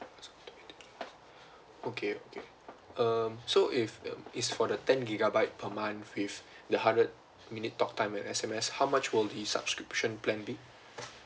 okay okay um so if um it's for the ten gigabyte per month with the hundred minute talk time and S_M_S how much will the subscription plan be